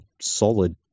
solid